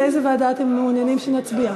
על איזו ועדה אתם מעוניינים שנצביע?